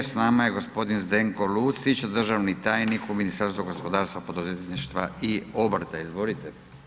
S nama je g. Zdenko Lucić, državni tajnik u Ministarstvu gospodarstva, poduzetništva i obrta, izvolite.